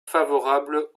favorable